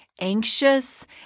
anxious